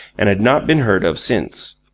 and had not been heard of since.